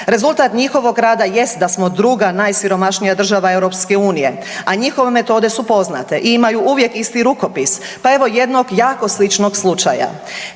Rezultat njihovog rada jest da smo druga najsiromašnija država EU, a njihove metode su poznate i imaju uvijek isti rukopis, pa evo jednog jako sličnog slučaja.